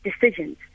decisions